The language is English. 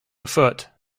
afoot